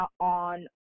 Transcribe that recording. on